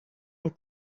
est